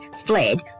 fled